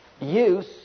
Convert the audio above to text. use